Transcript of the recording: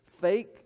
fake